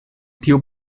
tiu